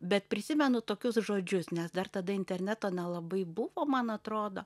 bet prisimenu tokius žodžius nes dar tada interneto nelabai buvo man atrodo